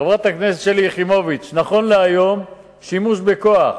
חברת הכנסת שלי יחימוביץ, שימוש בכוח,